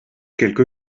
quelque